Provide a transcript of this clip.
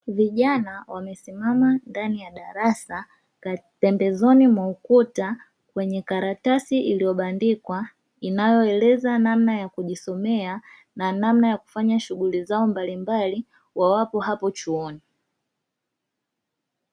Vijana wamesimama ndani ya darasa pembezoni mwa ukuta kwenye karatasi iliyobandikwa inayoeleza namna ya kujisomea na namna ya kufanya shughuli zao mbalimbali wawapo hapo chuoni.